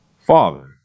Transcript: Father